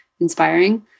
inspiring